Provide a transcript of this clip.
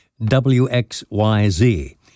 WXYZ